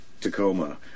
Tacoma